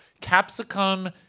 Capsicum